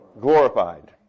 Glorified